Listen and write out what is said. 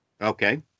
Okay